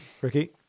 Ricky